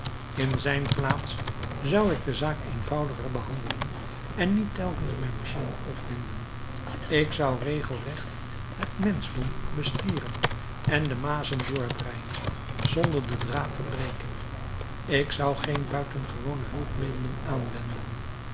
in zijn plaats zou ik de zaak eenvoudiger behandelen en niet telkens mijn machine opwinden ik zou regelrecht het menschdom bestieren en de mazen doorbreien zonder den draad te breken ik zou geen buitengewone hulpmiddelen aanwenden